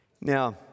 Now